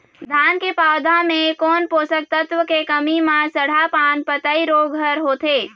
धान के पौधा मे कोन पोषक तत्व के कमी म सड़हा पान पतई रोग हर होथे?